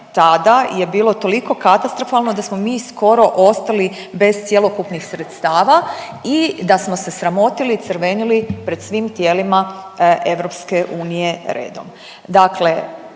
tada je bilo toliko katastrofalno da smo mi skoro ostali bez cjelokupnih sredstava i da smo se sramotili i crvenili pred svim tijelima EU redom.